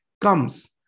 comes